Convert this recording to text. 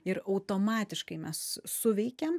ir automatiškai mes suveikėm